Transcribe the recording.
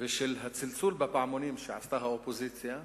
ושל הצלצול בפעמונים שעשתה האופוזיציה,